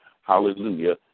hallelujah